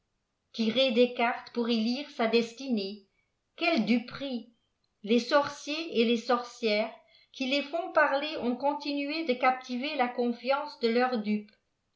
tirer des cartes pour y lire sa destinée quelle duperie les corciers et les sorcières qui les font parler ont continué de captiver la confiance de leurs dupes